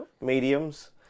mediums